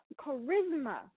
charisma